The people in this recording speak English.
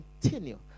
continue